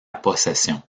possession